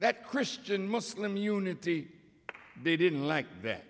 that christian muslim unity they didn't like that